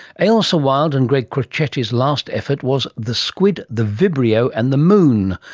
ailsa wild and greg crocetti's last effort was the squid, the vibrio and the moon,